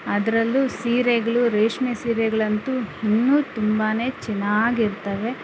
ಅದ್ರಲ್ಲೂ ಸೀರೆಗಳು ರೇಷ್ಮೆ ಸೀರೆಗಳಂತೂ ಇನ್ನೂ ತುಂಬಾನೇ ಚೆನ್ನಾಗಿರುತ್ವೆ